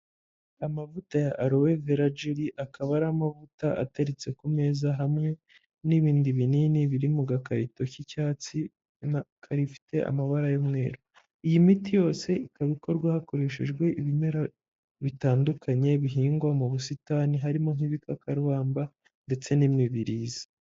Amavuta ya Alowe Vera Jeri, akaba ari amavuta ateretse ku meza hamwe n'ibindi binini biri mu gakarito k'icyatsi, n'agafite amabara y'umweru, iyi miti yose ikaba ikorwa hakoreshejwe ibimera bitandukanye bihingwa mu busitani harimo nk'ibikakarubamba ndetse n'imibirizi.